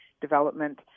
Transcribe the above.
development